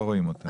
לא רואים אותן.